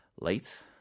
late